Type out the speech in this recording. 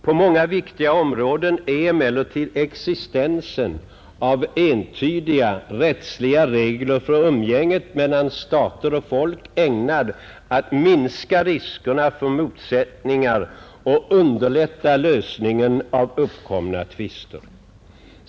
På många viktiga områden är emellertid existensen av entydiga rättsliga regler för umgänget mellan stater och folk ägnad att minska riskerna för motsättningar och att underlätta lösningen av uppkomna tvister.